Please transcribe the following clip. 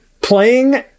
playing